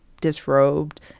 disrobed